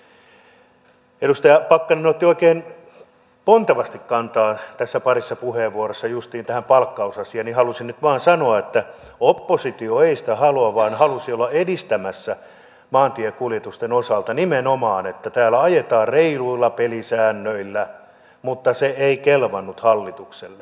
kun edustaja pakkanen otti oikein pontevasti kantaa tässä parissa puheenvuorossa justiin tähän palkkausasiaan niin halusin nyt vain sanoa että oppositio ei sitä halua vaan halusi olla edistämässä maantiekuljetusten osalta nimenomaan että täällä ajetaan reiluilla pelisäännöillä mutta se ei kelvannut hallitukselle